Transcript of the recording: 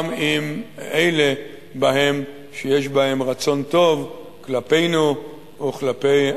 גם אלה בהם שיש בהם רצון טוב כלפינו וכלפי